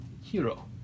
hero